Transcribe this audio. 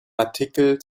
artikel